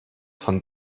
von